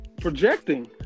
projecting